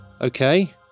Okay